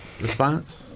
response